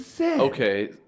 Okay